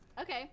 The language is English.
Okay